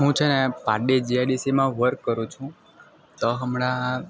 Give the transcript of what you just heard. હું છે ને પાર્ટ ડે જીઆઈડીસીમાં વર્ક કરું છું તો હમણાં